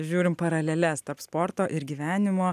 žiūrim paraleles tarp sporto ir gyvenimo